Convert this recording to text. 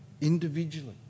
individually